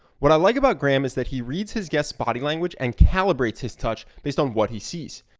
what i like about graham is that he reads his guests' body language and calibrates his touch based on what he sees.